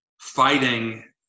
fighting